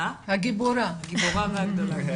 הגיבורה והגדולה גם.